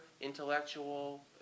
intellectual